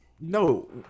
no